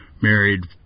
married